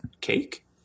cake